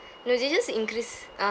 no they just increase (uh huh)